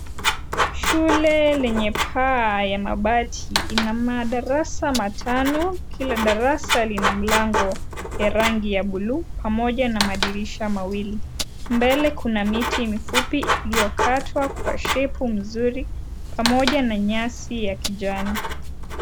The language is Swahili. Shule lenye paa ya mabati ina madarasa matano, kila darasa lina mlango wa rangi ya buluu pamoja na madirisha mawili. Mbele kuna miti mifupi iliyokatwa kwa shepu mzuri pamoja na nyasi ya kijani.